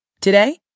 Today